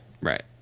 Right